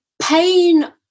pain